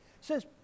says